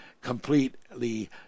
completely